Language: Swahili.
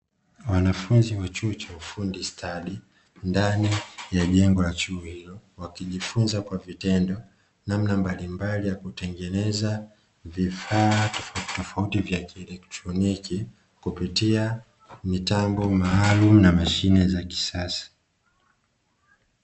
Wanafunzi wa chuo cha ufundi stadi, ndani ya jengo la chuo hilo wakijifunza kwa vitendo namna mbalimbali ya kutengeneza vifaa tofautitofauti vya kielektroniki, kupitia mitambo maalumu na mashine za kisasa.